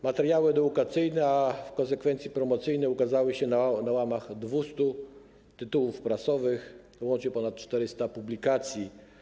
Materiały edukacyjne, a w konsekwencji promocyjne, ukazały się na łamach 200 tytułów prasowych, łącznie ponad 400 publikacji.